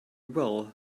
well